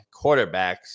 quarterbacks